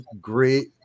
great